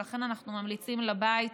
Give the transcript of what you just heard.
לכן אנחנו ממליצים לבית,